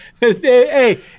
Hey